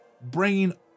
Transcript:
bringing